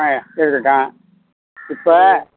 ஆ இருக்கட்டும் இப்போ